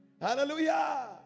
Hallelujah